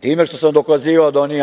time što sam dokazivao da nije